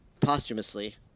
posthumously